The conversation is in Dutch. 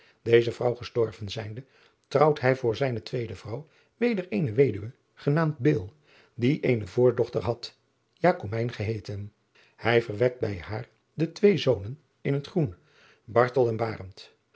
eze vrouw gestorven zijnde trouwt hij voor zijne tweede vrouw weder eene weduwe genaamd die eene voordochter had geheeten ij verwekt bij haar de twee zonen in het groen